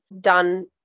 done